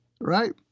right